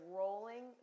rolling